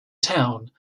town